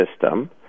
system